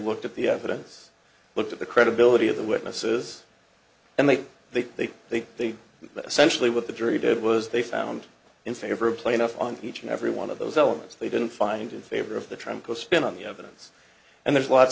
looked at the evidence looked at the credibility of the witnesses and they they they they they essentially what the jury did was they found in favor of plaintiff on each and every one of those elements they didn't find in favor of the trump of spin on the evidence and there's lots